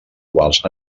quals